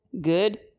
good